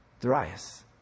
Darius